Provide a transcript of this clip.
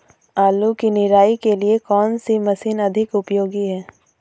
आलू की निराई के लिए कौन सी मशीन अधिक उपयोगी है?